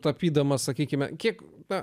tapydamas sakykime kiek ta